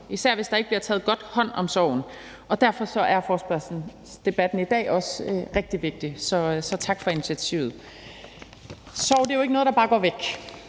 især hvis der ikke bliver taget godt hånd om sorgen, og derfor er forespørgselsdebatten i dag også rigtig vigtig. Så tak for initiativet. Sorg er jo ikke noget, der bare går væk.